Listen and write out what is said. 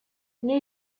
new